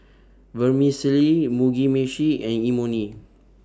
Vermicelli Mugi Meshi and Imoni